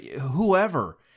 whoever